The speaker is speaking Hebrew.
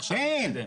עכשיו --- אין.